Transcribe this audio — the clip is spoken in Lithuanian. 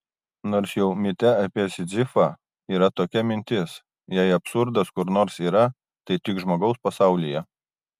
nors jau mite apie sizifą yra tokia mintis jei absurdas kur nors yra tai tik žmogaus pasaulyje